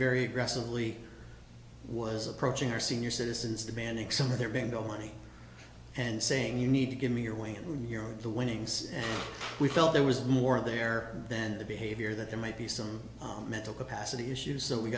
very aggressively was approaching our senior citizens demanding some of there being no money and saying you need to give me your way and when you're on the winnings and we felt there was more of there then the behavior that there might be some mental capacity issues